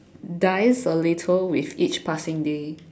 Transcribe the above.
dies a little with each passing day